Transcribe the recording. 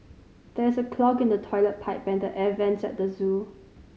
there is a clog in the toilet pipe and the air vents at the zoo